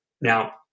now